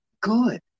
good